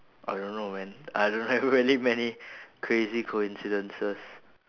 I don't know man I don't have really many crazy coincidences